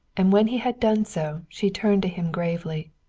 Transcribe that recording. and when he had done so she turned to him gravely